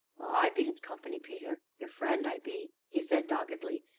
i bean't company, peter your friend, i be, he said doggedly,